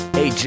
Hey